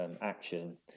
action